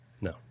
No